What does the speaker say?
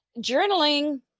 journaling